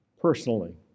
personally